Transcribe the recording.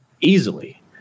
easily